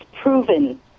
proven